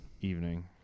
Evening